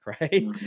Right